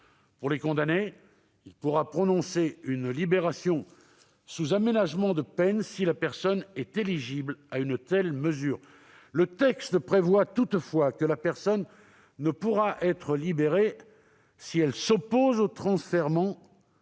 Pour les condamnés, il pourra prononcer une libération sous aménagement de peine, si la personne est éligible à une telle mesure. Le texte prévoit toutefois que la personne ne pourra pas être libérée si elle s'oppose au transfèrement